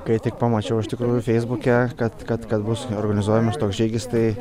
kai tik pamačiau iš tikrųjų feisbuke kad kad kad bus organizuojamas toks žygis tai